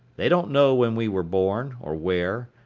they don't know when we were born, or where,